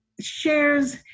shares